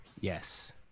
yes